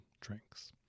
drinks